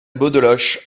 beaudeloche